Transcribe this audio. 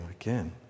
again